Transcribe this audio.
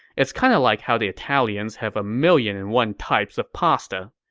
it's kind of like how the italians have a million and one types of pasta.